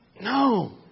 No